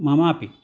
ममापि